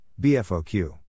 BFOQ